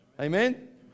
Amen